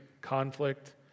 conflict